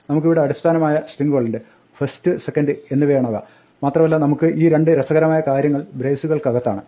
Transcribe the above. നമുക്കിവിടെ അടിസ്ഥാനമായ സ്ട്രിങ്ങുകളുണ്ട് first second എന്നിവയാണവ മാത്രമല്ലനമുക്ക് ഈ രണ്ട് രസകരമായ കാര്യങ്ങൾ ബ്രേസുകൾക്കകത്താണ്